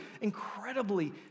incredibly